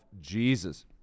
Jesus